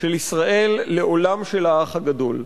של ישראל לעולם של האח הגדול,